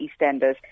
EastEnders